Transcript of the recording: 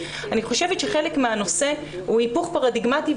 אני חושבת שחלק מהנושא הוא היפוך פרדיגמטי.